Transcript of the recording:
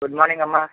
good morning అమ్మా